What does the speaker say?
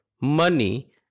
money